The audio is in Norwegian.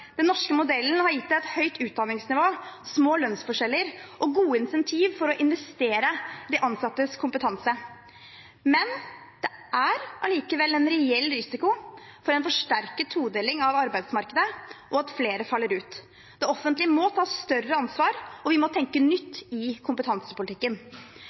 Den norske modellen har gitt et høyt utdanningsnivå, små lønnsforskjeller og gode incentiv for å investere i de ansattes kompetanse. Men det er likevel en reell risiko for en forsterket todeling av arbeidsmarkedet, og at flere faller ut. Det offentlige må ta et større ansvar, og vi må tenke